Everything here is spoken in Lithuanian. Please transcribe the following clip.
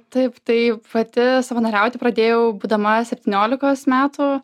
taip tai pati savanoriauti pradėjau būdama septyniolikos metų